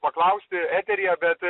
paklausti eteryje bet